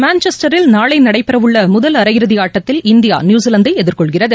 மான்செஸ்டரில் நாளைநடைபெறவுள்ளமுதல் அரையிறுதிஆட்டத்தில் இந்தியா நியூசிலாந்தைஎதிர்கொள்கிறது